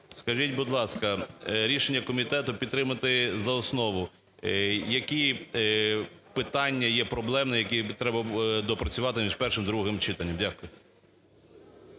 Скажіть, будь ласка, рішення комітету, підтримати за основу, які питання є проблемні, які треба доопрацювати між першим і другим читанням? Дякую.